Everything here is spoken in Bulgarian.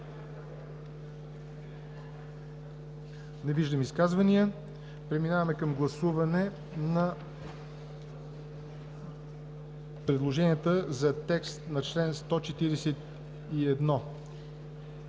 Не виждам изказвания. Преминаваме към гласуване на предложенията за текст на чл. 141,